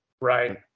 Right